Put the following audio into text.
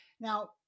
Now